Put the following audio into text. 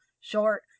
short